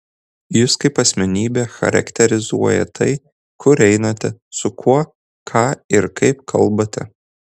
jus kaip asmenybę charakterizuoja tai kur einate su kuo ką ir kaip kalbate